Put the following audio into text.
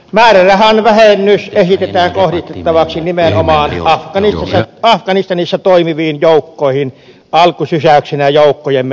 määrärahan vähennys esitetään kohdistettavaksi nimenomaan afganistanissa toimiviin joukkoihin alkusysäyksenä joukkojemme vetämiseksi pois